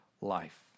life